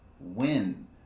win